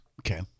Okay